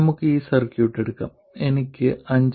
നമുക്ക് ഈ സർക്യൂട്ട് എടുക്കാം എനിക്ക് 5